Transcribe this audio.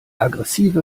aggressive